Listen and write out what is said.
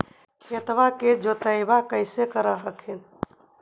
खेतबा के जोतय्बा कैसे कर हखिन?